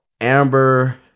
amber